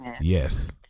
yes